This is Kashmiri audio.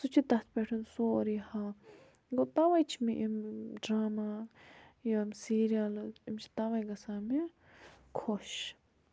سُہ چھُ تَتھ پٮ۪ٹھ سورُے ہاوان گوٚو تَوَے چھِ مےٚ یِم ڈرٛاما یِم سیٖریَلز یِم چھِ تَوَے گَژھان مےٚ خۄش